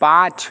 पाँच